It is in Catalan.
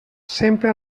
sempre